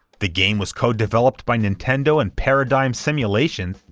the game was co-developed by nintendo and paradigm simulations,